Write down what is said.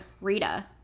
rita